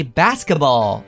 basketball